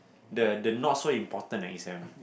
the the not so important exam